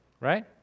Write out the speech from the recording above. right